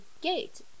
gate